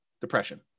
depression